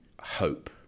hope